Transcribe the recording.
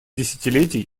десятилетий